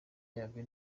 yabyo